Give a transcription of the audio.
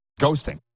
ghosting